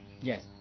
Yes